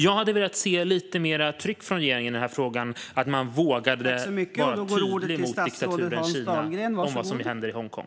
Jag hade velat se lite mer tryck från regeringen i frågan, det vill säga att våga vara tydlig mot diktaturen Kina om vad som händer i Hongkong.